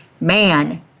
man